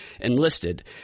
enlisted